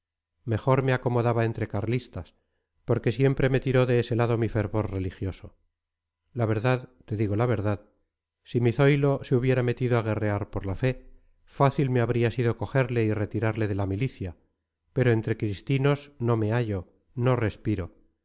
mejor me acomodaba entre carlistas porque siempre me tiró de ese lado mi fervor religioso la verdad te digo la verdad si mi zoilo se hubiera metido a guerrear por la fe fácil me habría sido cogerle y retirarle de la milicia pero entre cristinos no me hallo no respiro